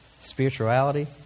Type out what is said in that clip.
spirituality